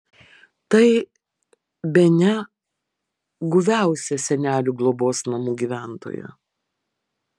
tai bene guviausia senelių globos namų gyventoja